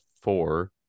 four